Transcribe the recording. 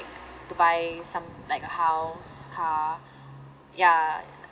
to buy some like a house car ya